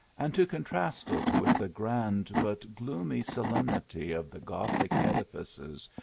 and to contrast it with the grand but gloomy solem nity of the gothic edifices,